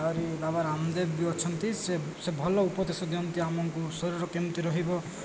ଆହୁରି ବାବା ରାମଦେବ ବି ଅଛନ୍ତି ସେ ସେ ଭଲ ଉପଦେଶ ଦିଅନ୍ତି ଆମକୁ ଶରୀର କେମିତି ରହିବ